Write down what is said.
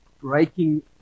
breaking